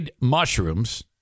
mushrooms